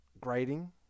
Grading